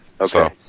Okay